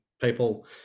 people